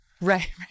Right